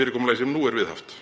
fyrirkomulagi sem nú er viðhaft?